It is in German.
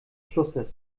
flusses